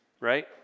right